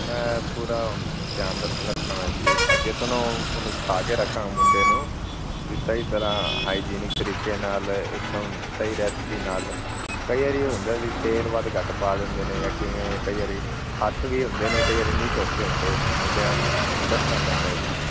ਮੈਂ ਪੂਰਾ ਹੁਣ ਧਿਆਨ ਰ ਰੱਖਣਾ ਜੀ ਅੱਗੇ ਤੋਂ ਨਾ ਉਹਨੂੰ ਸਿਖਾ ਕੇ ਰੱਖਾਂਗਾ ਮੁੰਡੇ ਨੂੰ ਵੀ ਸਹੀ ਤਰ੍ਹਾਂ ਹਾਈਜੀਨਿਕ ਤਰੀਕੇ ਨਾਲ ਇੱਕ ਤਾਂ ਸਹੀ ਰੈਸਪੀ ਨਾਲ ਕਈ ਵਾਰੀ ਉਹ ਹੁੰਦਾ ਸੀ ਤੇਲ ਵੱਧ ਘੱਟ ਪਾ ਦਿੰਦੇ ਨੇ ਜਾਂ ਕਿਵੇਂ ਕਈ ਵਾਰੀ ਹੱਥ ਵੀ ਹੁੰਦੇ ਨੇ ਕਈ ਵਾਰੀ ਨਹੀਂ ਧੋਤੇ ਹੁੰਦੇ ਮੁੰਡਿਆਂ ਨੂੰ ਦੱਸਣਾ ਪੈਂਦਾ ਜੀ